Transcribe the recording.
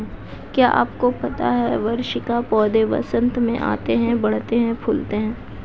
क्या आपको पता है वार्षिक पौधे वसंत में आते हैं, बढ़ते हैं, फूलते हैं?